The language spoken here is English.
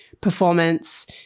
performance